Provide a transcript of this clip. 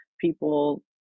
People